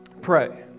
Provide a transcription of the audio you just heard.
pray